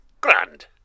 grand